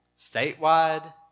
statewide